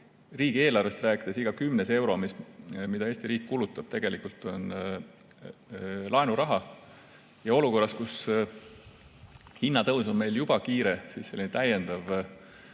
riigieelarvest rääkides, umbes iga kümnes euro, mis Eesti riik kulutab, tegelikult on laenuraha. Ja olukorras, kus hinnatõus on juba kiire, on täiendav